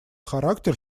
характер